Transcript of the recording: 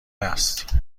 است